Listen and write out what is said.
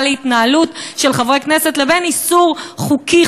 להתנהלות של חברי כנסת לבין איסור חוקי,